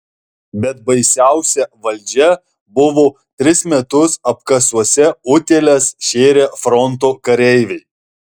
bet baisiausia valdžia buvo tris metus apkasuose utėles šėrę fronto kareiviai